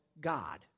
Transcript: God